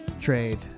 trade